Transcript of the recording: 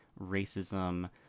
racism